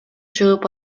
чыгып